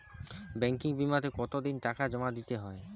Banking বিমাতে কত দিন টাকা জমা দিতে হয়?